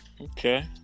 Okay